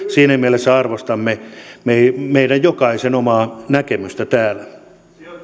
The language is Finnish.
siinä mielessä arvostamme täällä jokaisen omaa näkemystä